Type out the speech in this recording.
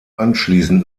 anschließend